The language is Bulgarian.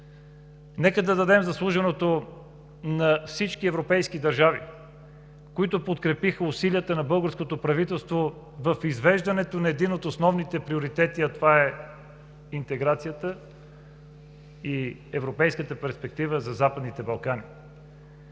Нека да дадем заслуженото на всички европейски държави, които подкрепиха усилията на българското правителство в извеждането на един от основните приоритети, а това е интеграцията и европейската перспектива за Западните Балкани.